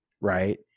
right